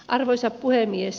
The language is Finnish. arvoisa puhemies